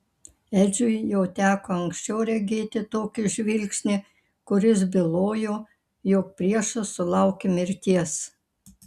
edžiui jau teko anksčiau regėti tokį žvilgsnį kuris bylojo jog priešas sulaukė mirties